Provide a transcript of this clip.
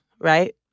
right